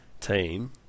team